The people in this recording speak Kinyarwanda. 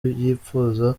yipfuza